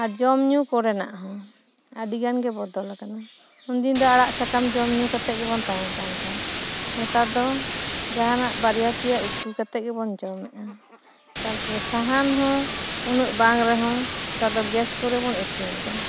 ᱟᱨ ᱡᱚᱢ ᱧᱩ ᱠᱚᱨᱮᱱᱟᱜ ᱦᱚᱸ ᱟᱹᱰᱤ ᱜᱮ ᱵᱚᱫᱚᱞ ᱟᱠᱟᱱᱟ ᱩᱱ ᱫᱤᱱ ᱫᱚ ᱟᱲᱟᱜ ᱥᱟᱠᱟᱢ ᱡᱚᱢ ᱧᱩ ᱠᱟᱛᱮᱜ ᱵᱚᱱ ᱛᱟᱦᱮᱱ ᱠᱟᱱ ᱛᱟᱦᱮᱱᱟ ᱱᱮᱛᱟᱨ ᱫᱚ ᱡᱟᱦᱟᱱᱟᱜ ᱵᱟᱨᱭᱟ ᱯᱮᱭᱟ ᱩᱛᱩ ᱠᱟᱛᱮᱜ ᱜᱮᱵᱚᱱ ᱡᱚᱢᱮᱫᱟ ᱛᱟᱨᱯᱚᱨᱮ ᱥᱟᱦᱟᱱ ᱦᱚᱸ ᱩᱱᱟᱹᱜ ᱵᱟᱝ ᱨᱮᱦᱚᱸ ᱱᱮᱛᱟᱨ ᱫᱚ ᱜᱮᱥ ᱠᱚᱨᱮ ᱵᱚᱱ ᱤᱥᱤᱱ ᱮᱫᱟ